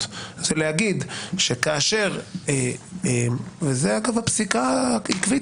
זה להגיד שכאשר בזה אגב הפסיקה עקבית,